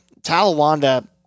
Talawanda